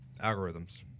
algorithms